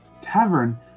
Tavern